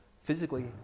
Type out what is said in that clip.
physically